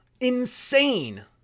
Insane